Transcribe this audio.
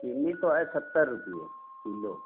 चीनी तो है सत्तर रुपये किलो